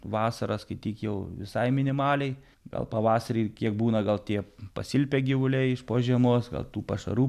vasarą skaityk jau visai minimaliai gal pavasarį kiek būna gal tie pasilpę gyvuliai iš po žiemos gal tų pašarų